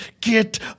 get